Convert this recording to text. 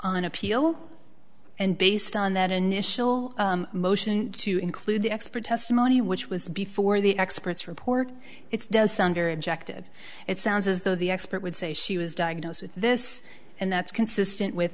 on appeal and based on that initial motion to include the expert testimony which was before the expert's report it does sound very objective it sounds as though the expert would say she was diagnosed with this and that's consistent with